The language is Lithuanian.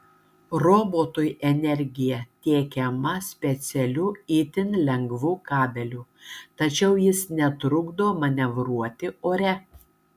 robotui energija tiekiama specialiu itin lengvu kabeliu tačiau jis netrukdo manevruoti ore